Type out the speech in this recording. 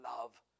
love